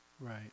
Right